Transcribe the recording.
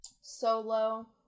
Solo